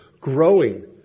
growing